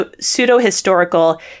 pseudo-historical